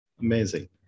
Amazing